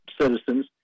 citizens